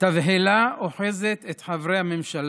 תבהלה אוחזת את חברי הממשלה.